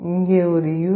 இங்கே ஒரு யூ